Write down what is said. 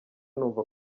numva